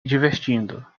divertindo